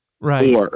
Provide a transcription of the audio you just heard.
Right